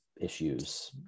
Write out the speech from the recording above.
issues